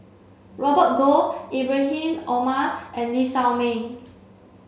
Robert Goh Ibrahim Omar and Lee Shao Meng